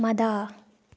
ꯃꯗꯥ